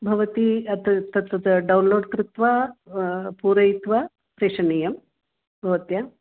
भवती अत् तत् डौन्लोड् कृत्वा पूरयित्वा प्रेषणीयं भवत्या